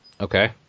Okay